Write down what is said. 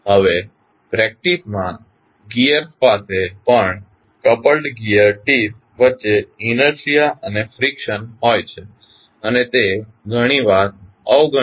હવે પ્રેક્ટીસ માં ગિઅર્સ પાસે પણ કપ્લ્ડ ગિઅર ટીથ વચ્ચે ઇનેર્શીઆ અને ફ્રીક્શન હોય છે અને તે ઘણીવાર અવગણી શકાય નહીં